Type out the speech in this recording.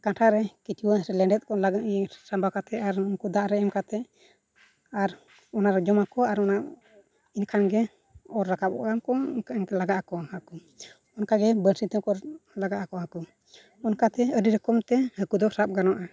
ᱠᱟᱴᱟ ᱨᱮ ᱠᱤᱪᱩᱣᱟᱹ ᱥᱮ ᱞᱮᱸᱰᱮᱫ ᱠᱚ ᱞᱟᱜᱟᱣ ᱤᱭᱟᱹ ᱥᱟᱸᱵᱟᱣ ᱠᱟᱛᱮᱫ ᱟᱨ ᱩᱱᱠᱩ ᱫᱟᱜ ᱨᱮ ᱮᱢ ᱠᱟᱛᱮᱫ ᱟᱨ ᱚᱱᱟ ᱨᱮ ᱡᱚᱢᱟᱠᱚ ᱟᱨ ᱚᱱᱟ ᱤᱱ ᱠᱷᱟᱱᱜᱮ ᱚᱨ ᱨᱟᱠᱟᱵᱚᱜᱼᱟᱠᱚ ᱤᱱᱠᱟᱹ ᱞᱟᱜᱟᱜᱼᱟᱠᱚ ᱦᱟᱹᱠᱩ ᱚᱱᱠᱟᱜᱮ ᱵᱟᱹᱬᱥᱤ ᱛᱮᱦᱚᱸ ᱠᱚ ᱞᱟᱜᱟᱜᱼᱟᱠᱚ ᱦᱟᱹᱠᱩ ᱚᱱᱠᱟᱛᱮ ᱟᱹᱰᱤ ᱨᱚᱠᱚᱢᱛᱮ ᱦᱟᱹᱠᱩ ᱫᱚ ᱥᱟᱵ ᱜᱟᱱᱚᱜᱼᱟ